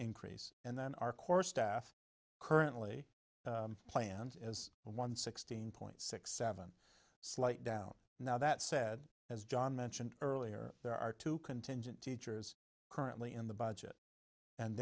increase and then our course staff currently plans as one sixteen point six seven slight down now that said as john mentioned earlier there are two contingent teachers currently in the budget and